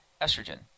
estrogen